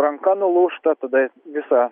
ranka nulūžta tada visą